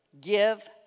give